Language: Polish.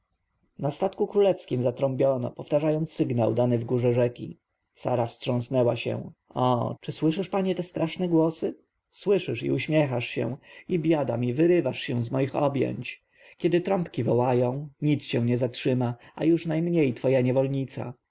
na statku królewskim zatrąbiono powtarzając sygnał dany wgórze rzeki sara wstrząsnęła się o czy słyszysz panie te straszne głosy słyszysz i uśmiechasz się i biada mi wyrywasz się z moich objęć kiedy trąbki wołają nic cię nie zatrzyma a już najmniej twoja niewolnica